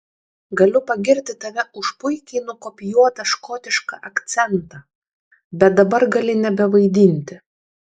galiu pagirti tave už puikiai nukopijuotą škotišką akcentą bet dabar gali nebevaidinti